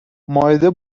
مائده